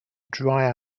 dry